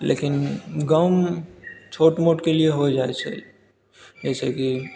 लेकिन गाँवमे छोट मोटके लिए हो जाइत छै जैसेकि